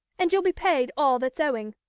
and you'll be paid all that's owing.